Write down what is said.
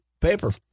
paper